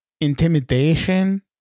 intimidation